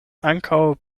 ankaŭ